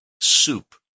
soup